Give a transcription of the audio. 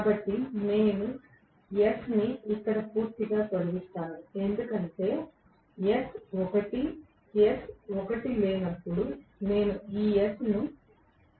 కాబట్టి నేను s ని ఇక్కడ పూర్తిగా తొలగిస్తాను ఎందుకంటే s 1 s 1 లేనప్పుడు నేను ఈ s ను 0